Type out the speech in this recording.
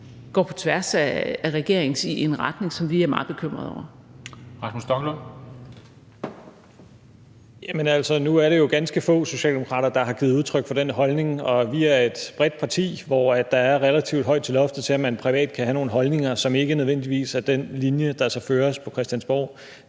(Henrik Dam Kristensen): Hr. Rasmus Stoklund. Kl. 16:44 Rasmus Stoklund (S): Jamen altså, nu er det ganske få socialdemokrater, der har givet udtryk for den holdning. Og vi er et bredt parti, hvor der er relativt højt til loftet, selv om man privat kan have nogle holdninger, som ikke nødvendigvis er den linje, der så føres på Christiansborg.